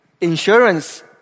insurance